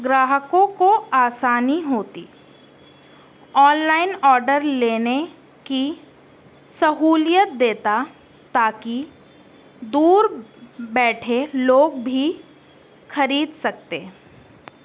گراہکوں کو آسانی ہوتی آن لائن آڈر لینے کی سہولیت دیتا تاکہ دور بیٹھے لوگ بھی خرید سکتے